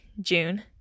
june